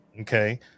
okay